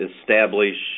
establish